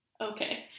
Okay